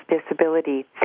disability